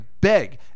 beg